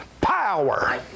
power